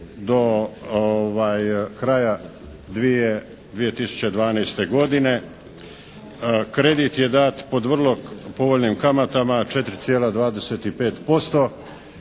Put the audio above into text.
do kraja 2012. godine. Kredit je dat pod vrlo povoljnim kamatama 4,25%.